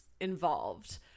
involved